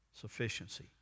sufficiency